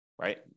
right